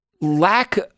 lack